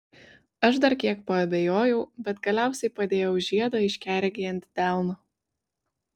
aš dar kiek paabejojau bet galiausiai padėjau žiedą aiškiaregei ant delno